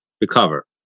recover